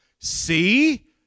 see